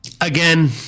again